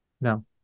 No